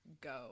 go